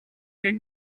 could